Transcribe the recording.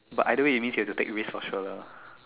but either way it means you have to take risks for sure lah